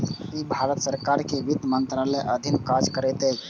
ई भारत सरकार के वित्त मंत्रालयक अधीन काज करैत छै